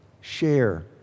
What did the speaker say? share